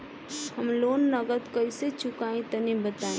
हम लोन नगद कइसे चूकाई तनि बताईं?